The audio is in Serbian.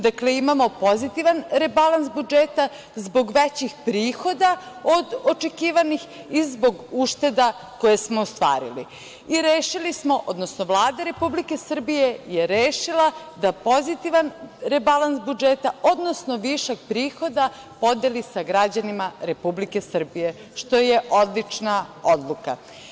Dakle, imamo pozitivan rebalans budžeta zbog većih prihoda od očekivanih i zbog ušteda koje smo ostvarili i rešili smo, odnosno Vlada Republike Srbije je rešila da pozitivan rebalans budžeta, odnosno višak prihoda podeli sa građanima Republike Srbije, što je odlična odluka.